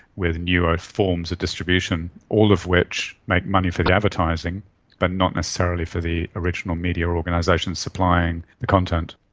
with newer forms of distribution, all of which make money for the advertising but not necessarily for the original media organisations supplying the content.